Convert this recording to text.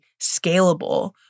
scalable